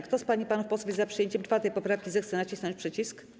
Kto z pań i panów posłów jest za przyjęciem 4. poprawki, zechce nacisnąć przycisk.